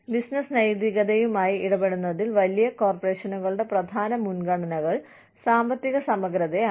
business നൈതികതയുമായി ഇടപെടുന്നതിൽ വലിയ കോർപ്പറേഷനുകളുടെ പ്രധാന മുൻഗണനകൾ സാമ്പത്തിക സമഗ്രതയാണ്